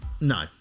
no